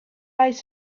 eyes